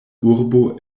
urbo